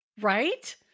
right